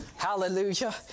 Hallelujah